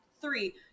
Three